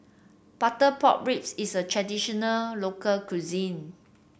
Butter Pork Ribs is a traditional local cuisine